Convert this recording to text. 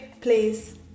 please